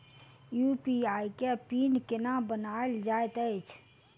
UPI केँ PIN केना बनायल जाइत अछि